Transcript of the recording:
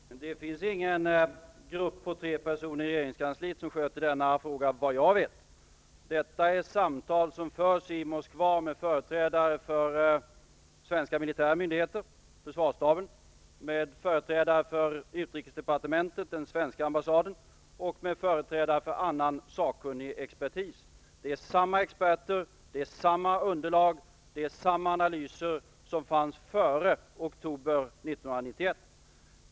Fru talman! Det finns inte någon grupp på tre personer i regeringskansliet som sköter denna fråga, såvitt jag vet. Det är samtal som förs i Moskva med företrädare för svenska militära myndigheter, försvarsstaben, med företrädare för utrikesdepartementet, den svenska ambassaden och med företrädare för annan sakkunnig expertis. Det är samma experter, samma underlag och samma analyser som fanns före oktober 1991.